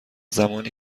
زمانی